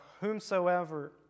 whomsoever